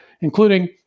including